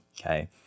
okay